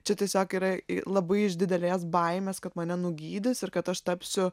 čia tiesiog yra labai iš didelės baimės kad mane nugydys ir kad aš tapsiu